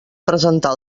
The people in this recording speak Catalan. presentar